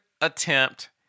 attempt